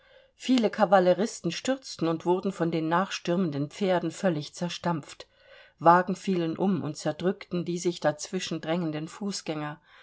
viele kavalleristen stürzten und wurden von den nachstürmenden pferden völlig zerstampft wagen fielen um und zerdrückten die sich dazwischen drängenden fußgänger